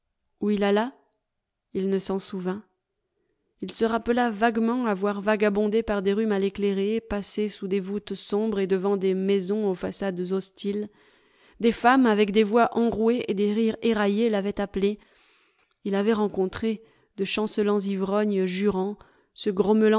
où il alla il ne s'en souvint il se rappela vaguement avoir vagabondé par des rues mal éclairées passé sous des voûtes sombres et devant des maisons aux façades hostiles des femmes avec des voix enrouées et des rires éraillés l'avaient appelé il avait rencontré de chancelants ivrognes jurant se